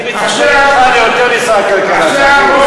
אני, בך ליותר משר הכלכלה, תאמין